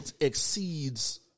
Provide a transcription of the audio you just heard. exceeds